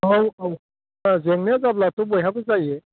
औ औ जेंनाया जाब्लाथ' बयहाबो जायो